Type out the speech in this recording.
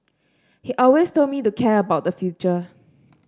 he always told me to care about the future